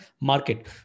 market